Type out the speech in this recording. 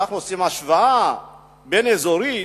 כשאנחנו עושים השוואה בין אזורים,